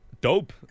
Dope